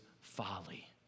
folly